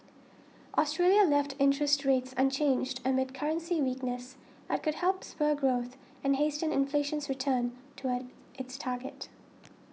Australia left interest rates unchanged amid currency weakness that could help spur growth and hasten inflation's return toward its target